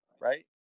right